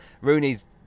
Rooney's